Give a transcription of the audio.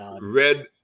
red